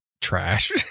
trash